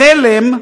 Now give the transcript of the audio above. בחלם,